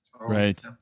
Right